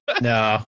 no